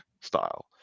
style